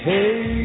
Hey